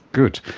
good.